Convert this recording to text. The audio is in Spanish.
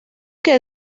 que